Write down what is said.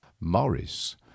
morris